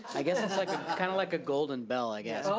i guess it's like kind of like a golden bell i guess.